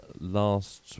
last